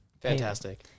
Fantastic